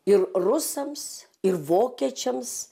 ir rusams ir vokiečiams